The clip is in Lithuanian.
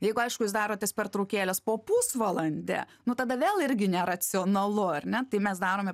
jeigu aišku jūs darotės pertraukėles po pusvalandį nu tada vėl irgi neracionalu ar ne tai mes darome